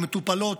או מטופלות,